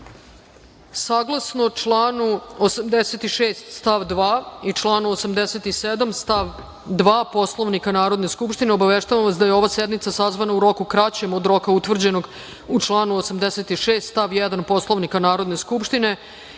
Petrović. Saglasno članu 86. stav 2. i članu 87. stav 2. Poslovnika Narodne skupštine, obaveštavam vas da je ova sednica sazvana u roku kraćem od roka utvrđenog u članu 86. stav 1. Poslovnika Narodne skupštine